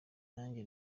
nanjye